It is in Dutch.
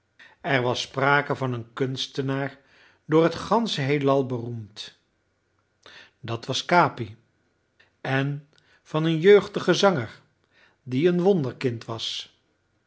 er was sprake van een kunstenaar door het gansche heelal beroemd dat was capi en van een jeugdigen zanger die een wonderkind was